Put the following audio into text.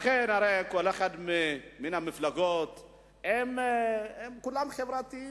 בכל אחת מהמפלגות כולם חברתיים,